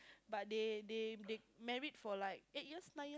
but they they they married for like eight years nine